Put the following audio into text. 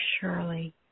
surely